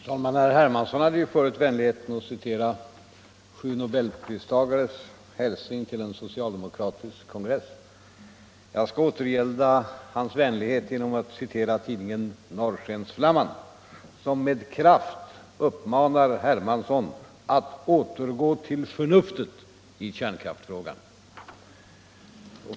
Herr talman! Herr Hermansson hade förut vänligheten att citera sju nobelpristagares hälsning till en socialdemokratisk kongress. Jag skall återgälda hans vänlighet genom att citera tidningen Norrskensflamman, som med kraft uppmanar herr Hermansson att återgå till förnuftet i kärnkraftsfrågan.